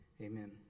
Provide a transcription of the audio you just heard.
Amen